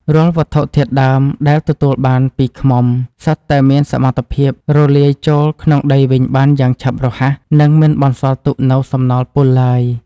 រាល់វត្ថុធាតុដើមដែលទទួលបានពីឃ្មុំ សុទ្ធតែមានសមត្ថភាពរលាយចូលក្នុងដីវិញបានយ៉ាងឆាប់រហ័ស និង មិនបន្សល់ទុកនូវសំណល់ពុលឡើយ។